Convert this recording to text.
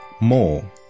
more